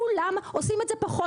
כולם עושים את זה פחות יעיל.